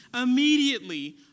Immediately